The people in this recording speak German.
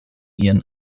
ihren